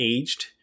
aged